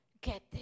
get